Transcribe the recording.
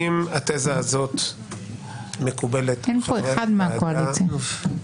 התזה הזאת מקובלת על חברי הוועדה,